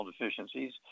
deficiencies